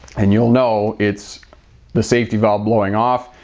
and you'll know it's the safety valve blowing off.